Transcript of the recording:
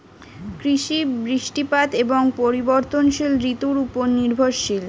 কৃষি বৃষ্টিপাত এবং পরিবর্তনশীল ঋতুর উপর নির্ভরশীল